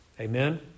Amen